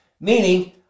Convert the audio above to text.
Meaning